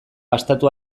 gastatu